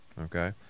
okay